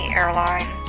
airline